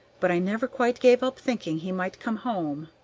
but i never quite gave up thinking he might come home